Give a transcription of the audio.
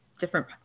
different